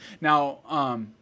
Now